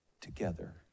together